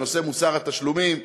בנושא מוסר התשלומים,